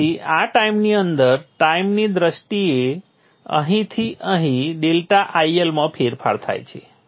તેથી આ ટાઈમની અંદર ટાઈમની દ્રષ્ટિએ અહીંથી અહીં ∆IL માં ફેરફાર થાય છે